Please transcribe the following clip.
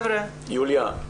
יוליה,